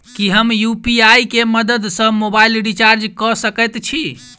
की हम यु.पी.आई केँ मदद सँ मोबाइल रीचार्ज कऽ सकैत छी?